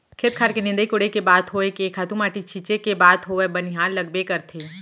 खेत खार के निंदई कोड़ई के बात होय के खातू माटी छींचे के बात होवय बनिहार लगबे करथे